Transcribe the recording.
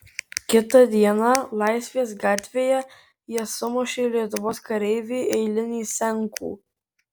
kitą dieną laisvės gatvėje jie sumušė lietuvos kareivį eilinį senkų